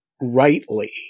rightly